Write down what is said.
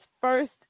first